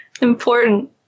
Important